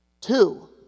Two